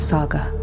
Saga